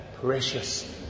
precious